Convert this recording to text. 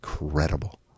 Incredible